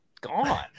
gone